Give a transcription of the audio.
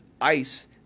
ICE